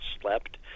slept